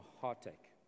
heartache